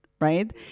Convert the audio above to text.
right